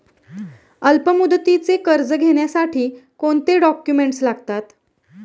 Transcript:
अल्पमुदतीचे कर्ज घेण्यासाठी कोणते डॉक्युमेंट्स लागतात?